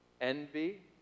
envy